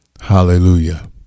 Hallelujah